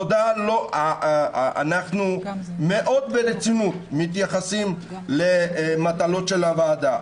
אנחנו מאוד ברצינות מתייחסים למטלות של הוועדה.